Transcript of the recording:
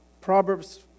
Proverbs